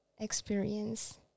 Experience